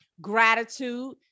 gratitude